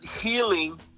healing